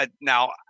Now